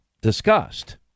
discussed